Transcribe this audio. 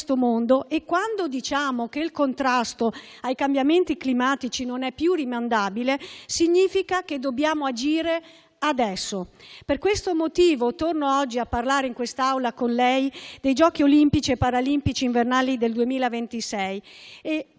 mondo e, quando diciamo che il contrasto ai cambiamenti climatici non è più rimandabile, significa che dobbiamo agire adesso. Per questo motivo torno oggi a parlare in quest'Aula con lei, ministro Abodi, dei Giochi olimpici e paralimpici invernali del 2026 e,